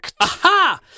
Aha